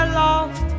lost